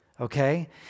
Okay